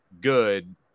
good